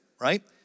right